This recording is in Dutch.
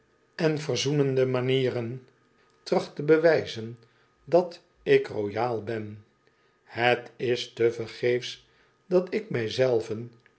en verzoenende manieren tracht te bewijzen dat ik royaal ben het is tevergeefs dat ik mij